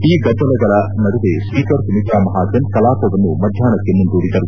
ಈ ಗದ್ದಲಗಲ ನಡುವೆ ಸ್ಪೀಕರ್ ಸುಮಿತ್ರಾ ಮಹಾಜನ್ ಕಲಾಪವನ್ನು ಮಧ್ಯಾಹ್ನಕ್ಕೆ ಮುಂದೂಡಿದರು